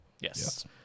Yes